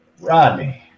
Rodney